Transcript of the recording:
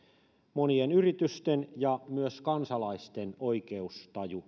monien yritysten ja myös kansalaisten oikeustaju